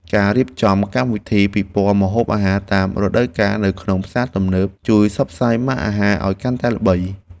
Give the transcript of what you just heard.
ការរៀបចំកម្មវិធីពិព័រណ៍ម្ហូបអាហារតាមរដូវកាលនៅក្នុងផ្សារទំនើបជួយផ្សព្វផ្សាយម៉ាកអាហារឱ្យកាន់តែល្បី។